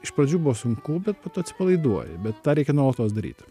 iš pradžių buvo sunku bet po to atsipalaiduoji bet tą reikia nuolatos daryti